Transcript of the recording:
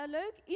leuk